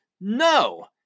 No